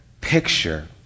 picture